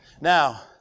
Now